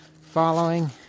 following